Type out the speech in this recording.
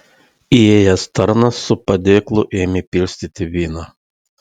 įėjęs tarnas su padėklu ėmė pilstyti vyną